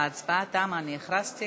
ההצבעה: בעד, 37 חברי כנסת,